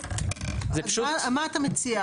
אז מה אתה מציע?